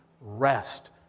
rest